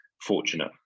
fortunate